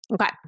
Okay